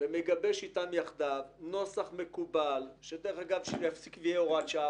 ומגבש איתם יחדיו נוסח מקובל ושיפסיק להיות הוראת שעה.